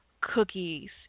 cookies